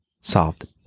solved